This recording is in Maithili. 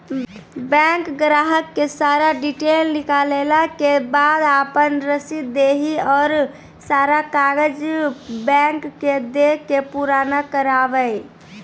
बैंक ग्राहक के सारा डीटेल निकालैला के बाद आपन रसीद देहि और सारा कागज बैंक के दे के पुराना करावे?